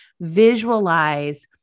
visualize